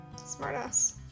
Smartass